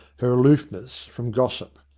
her aloofness from gossip.